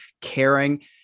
caring